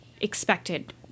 expected